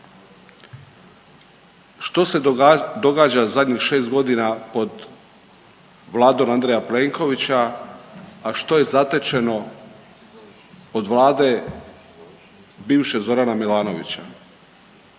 što se događa u zadnjih 6 godina pod Vladom Andreja Plenkovića, a što je zatečeno od Vlade, bivše, Zorana Milanovića.